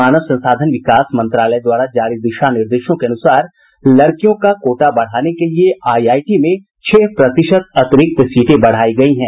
मानव संसाधन विकास मंत्रालय द्वारा जारी दिशा निर्देशों के अनुसार लड़कियों का कोटा बढ़ाने के लिए आईआईटी में छह प्रतिशत अतिरिक्त सीटें बढ़ाई गयी हैं